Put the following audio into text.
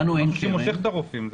זה מה שמושך את הרופאים.